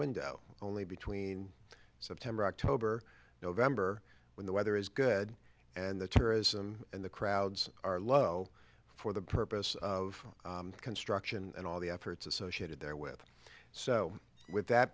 window only between september october november when the weather is good and the terrorism and the crowds are low for the purpose of construction and all the efforts associated there with so with that